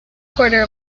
quarter